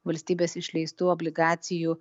valstybės išleistų obligacijų